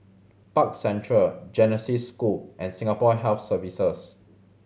Park Central Genesis School and Singapore Health Services